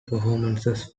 performances